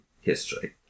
history